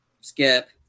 Skip